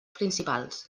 principals